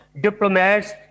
diplomats